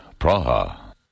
Praha